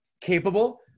capable